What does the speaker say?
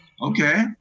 okay